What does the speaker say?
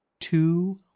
Two